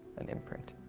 an imprint.